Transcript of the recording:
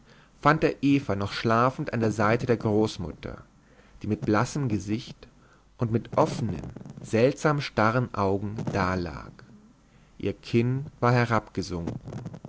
fand er eva noch schlafend an der seite der großmutter die mit blassem gesicht und mit offenen seltsam starren augen dalag ihr kinn war